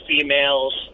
females